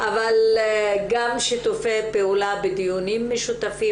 אבל גם שיתופי פעולה בדיונים משותפים,